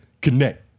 connect